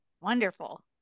Wonderful